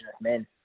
men